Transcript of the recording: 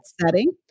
setting